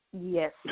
Yes